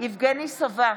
יבגני סובה,